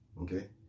Okay